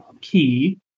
Key